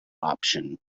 option